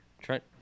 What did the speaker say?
Trent